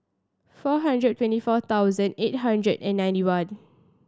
four hundred twenty four thousand eight hundred and ninety one